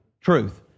truth